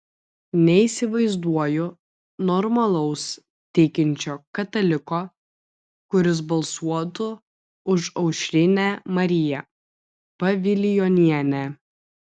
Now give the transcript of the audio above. neįsivaizduoju normalaus tikinčio kataliko kuris balsuotų už aušrinę mariją pavilionienę